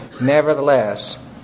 Nevertheless